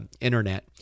internet